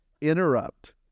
interrupt